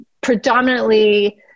predominantly